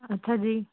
ਅੱਛਾ ਜੀ